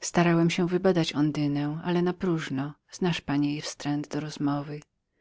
starałamstarałem się wybadać ondynę ale napróżno znasz pani jej wstręt do rozmowy